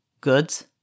goods